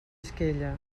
esquella